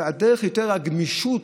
הדרך היא יותר גמישות,